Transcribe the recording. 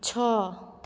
छः